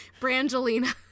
Brangelina